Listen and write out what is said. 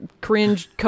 cringe